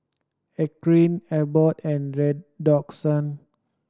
Eucerin Abbott and Redoxon